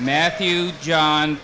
matthew john